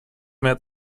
mehr